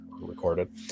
recorded